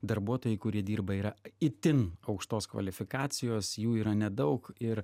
darbuotojai kurie dirba yra itin aukštos kvalifikacijos jų yra nedaug ir